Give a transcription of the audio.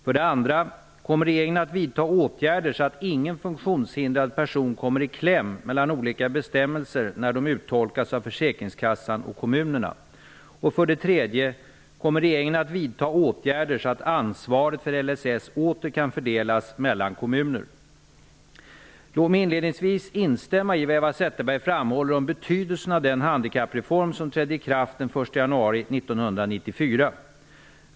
För det andra: Kommer regeringen att vidta åtgärder så att ingen funktionshindrad person kommer i kläm mellan olika bestämmelser när dessa uttolkas av försäkringskassan och kommunerna? Låt mig inledningsvis instämma i vad Eva Zetterberg framhåller om betydelsen av den handikappreform som trädde i kraft den 1 januari 1994.